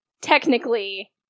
technically